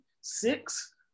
Six